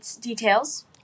details